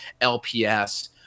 LPS